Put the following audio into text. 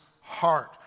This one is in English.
heart